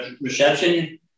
reception